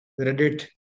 reddit